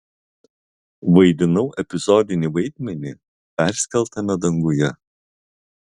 vaidinau epizodinį vaidmenį perskeltame danguje